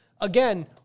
Again